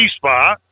spot